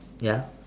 ya